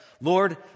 Lord